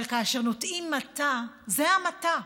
אבל כאשר נוטעים מטע, זה המטע,